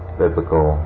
biblical